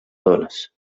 dones